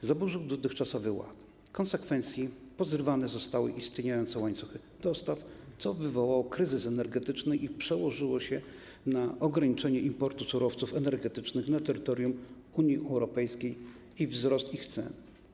Wojna zaburzyła dotychczasowy ład, a w konsekwencji pozrywane zostały istniejące łańcuchy dostaw, co wywołało kryzys energetyczny i przełożyło się na ograniczenie importu surowców energetycznych na terytorium Unii Europejskiej i wzrost ich cen.